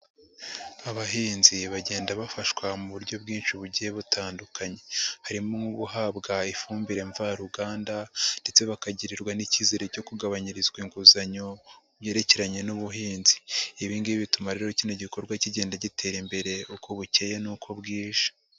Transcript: Abahinzi bagenda bafashwa mu buryo bwinshi bugiye butandukanye, harimo guhabwa ifumbire mvaruganda ndetse bakagirirwa n'izere cyo kugabanyirizwa inguzanyo byerekeranye n'ubuhinzi, ibi ngibi bituma rero kino gikorwa kigenda gitera imbere uko bukeye n'uko bwije.